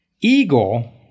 Eagle